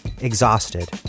exhausted